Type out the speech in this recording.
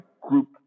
group